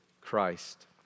Christ